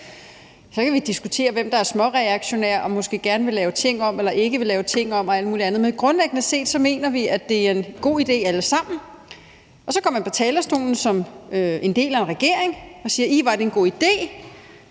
så kan vi diskutere, hvem der er småreaktionære, og hvem der måske gerne vil lave ting om eller ikke vil lave ting om, og alt muligt andet, men grundlæggende set mener vi alle sammen, at det er en god idé – så går man på talerstolen som en del af en regering og siger: Ih, hvor er det en god idé,